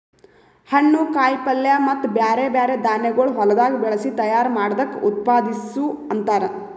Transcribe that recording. ಹಣ್ಣು, ಕಾಯಿ ಪಲ್ಯ ಮತ್ತ ಬ್ಯಾರೆ ಬ್ಯಾರೆ ಧಾನ್ಯಗೊಳ್ ಹೊಲದಾಗ್ ಬೆಳಸಿ ತೈಯಾರ್ ಮಾಡ್ದಕ್ ಉತ್ಪಾದಿಸು ಅಂತಾರ್